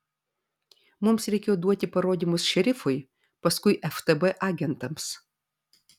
mums reikėjo duoti parodymus šerifui paskui ftb agentams